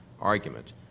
argument